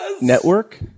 Network